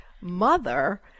mother